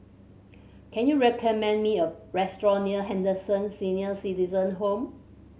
can you recommend me a restaurant near Henderson Senior Citizens' Home